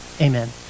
Amen